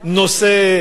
נושא,